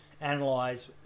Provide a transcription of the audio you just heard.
analyze